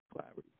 Clarity